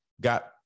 got